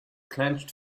clenched